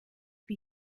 wie